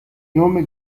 nome